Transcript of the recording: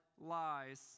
lies